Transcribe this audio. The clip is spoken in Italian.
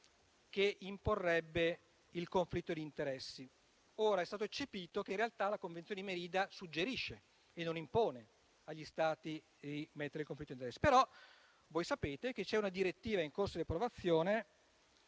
imporrebbe il conflitto di interessi. È stato eccepito che in realtà tale Convenzione suggerisce, non impone, agli Stati di prevedere il conflitto d'interessi. Voi, però, sapete che c'è una direttiva in corso di approvazione